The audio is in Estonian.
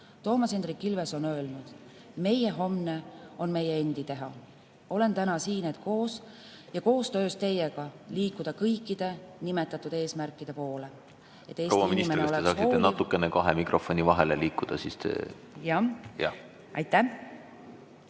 Toomas Hendrik Ilves on öelnud: "Meie homne on meie endi teha." Olen täna siin, et koos ja koostöös teiega liikuda kõikide nimetatud eesmärkide poole